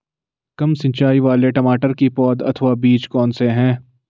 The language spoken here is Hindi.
कम सिंचाई वाले टमाटर की पौध अथवा बीज कौन से हैं?